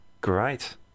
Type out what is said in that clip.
Great